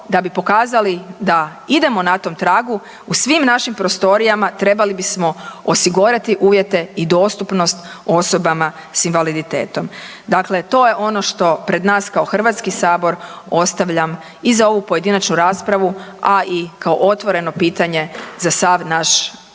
da bi pokazali da idemo na tom tragu u svim našim prostorijama trebali bismo osigurati uvjete i dostupnost osobama s invaliditetom. Dakle, to je ono što pred nas kao Hrvatski sabor ostavljam i za ovu pojedinačnu raspravu, a i kao otvoreno pitanje za sav naš budući